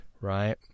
right